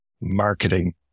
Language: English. marketing